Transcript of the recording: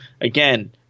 again